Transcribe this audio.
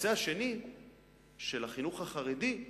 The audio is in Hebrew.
בקצה השני של החינוך החרדי,